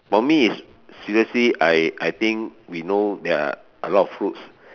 for me is seriously I I think we know there are a lot of foods